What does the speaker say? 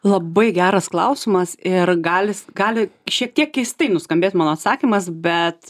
labai geras klausimas ir galis gali šiek tiek keistai nuskambėt mano atsakymas bet